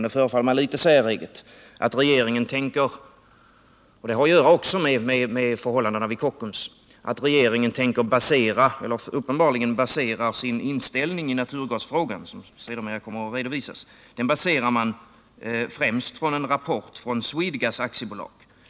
Det förefaller mig något säreget att regeringen — och det har också samband med förhållandena vid Kockums — uppenbarligen tänker basera sin inställning i naturgasfrågan, som senare kommer att redovisas, främst på en rapport från Swedegas AB.